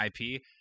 IP